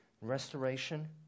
restoration